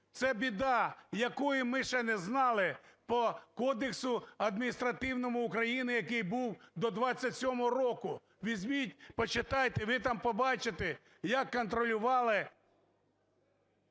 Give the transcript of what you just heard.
Це біда, якої ми ще не знали по Кодексу адміністративному України, який був до 1927 року. Візьміть почитайте, ви там побачите, як контролювали…